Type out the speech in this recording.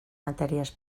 matèries